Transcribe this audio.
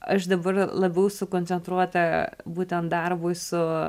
aš dabar labiau sukoncentruota būtent darbui su